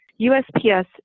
USPS